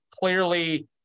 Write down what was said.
clearly